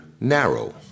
narrow